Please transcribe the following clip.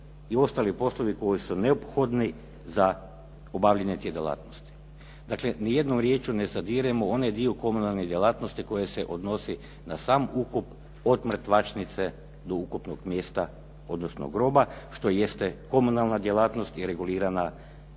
i ostali poslovi koji su neophodni za obavljanje tih djelatnosti. Dakle, ni jednom riječju ne zadiremo u onaj dio komunalne djelatnosti koji se odnosi na sam ukop od mrtvačnice do ukopnog mjesta, odnosno groba, što jeste komunalna djelatnost je regulirana dijelom